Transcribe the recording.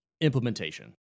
implementation